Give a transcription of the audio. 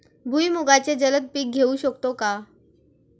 भुईमुगाचे जलद पीक घेऊ शकतो का?